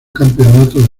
campeonato